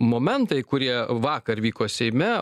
momentai kurie vakar vyko seime